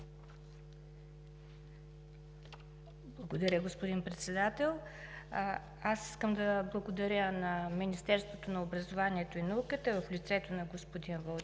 Благодаря, господин Председател. Искам да благодаря на Министерството на образованието и науката в лицето на господин Вълчев